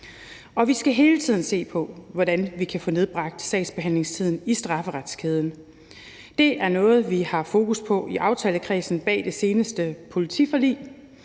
Vi skal hele tiden se på, hvordan vi kan få nedbragt sagsbehandlingstiden i strafferetskæden. Det er noget, vi har fokus på i aftalekredsen bag det seneste politiforlig